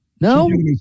No